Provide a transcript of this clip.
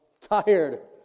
Tired